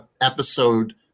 episode